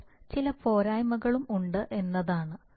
ഇപ്പോൾ ചില പോരായ്മകളും ഉണ്ട് എന്നതാണ്